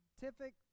scientific